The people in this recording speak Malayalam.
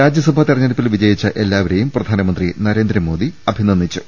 രാജ്യസഭാ തെരഞ്ഞെടുപ്പിൽ വിജയിച്ച എല്ലാ വരെയും പ്രധാനമന്ത്രി നരേന്ദ്രമോദി അഭിനന്ദിച്ചു